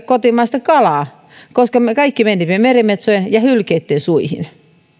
kotimaista kalaa koska kaikki menevät merimetsojen ja hylkeitten suihin